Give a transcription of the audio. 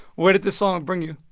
where did this song bring you?